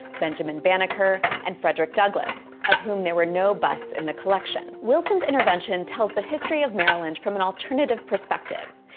benjamin banneker, and frederick douglass, of whom there were no busts in the collection. wilson's intervention tells the history of maryland from an alternative perspective,